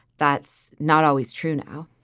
that's not always true now,